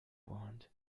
want